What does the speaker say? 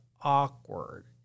awkward